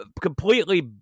completely